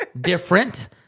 Different